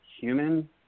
human